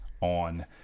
on